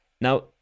Now